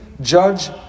Judge